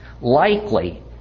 likely